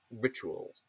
ritual